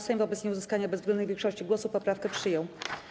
Sejm wobec nieuzyskania bezwzględnej większości głosów poprawkę przyjął.